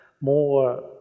more